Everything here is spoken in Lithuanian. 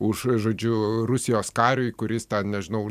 už žodžiu rusijos kariui kuris ten nežinau